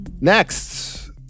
Next